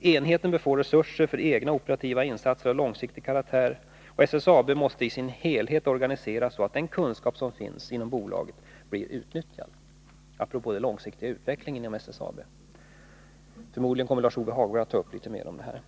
Enheten bör få resurser för egna operativa insatser av långsiktig karaktär, och SSAB måste i sin helhet organiseras så att den kunskap som finns inom bolaget blir utnyttjad.” Förmodligen kommer Lars-Ove Hagberg att ta upp litet mer om den långsiktiga utvecklingen inom SSAB.